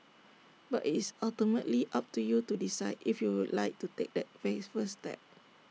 but is ultimately up to you to decide if you would like to take that very first step